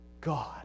God